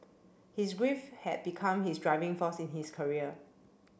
his grief had become his driving force in his career